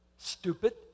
Stupid